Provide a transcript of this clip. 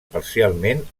parcialment